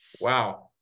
Wow